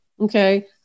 okay